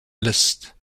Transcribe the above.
liszt